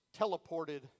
teleported